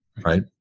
right